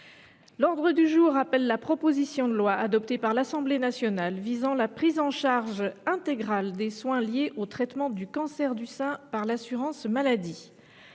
la discussion de la proposition de loi, adoptée par l’Assemblée nationale, visant la prise en charge intégrale des soins liés au traitement du cancer du sein par l’assurance maladie